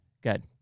good